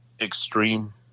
extreme